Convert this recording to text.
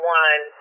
one